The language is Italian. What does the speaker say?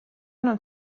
non